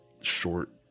short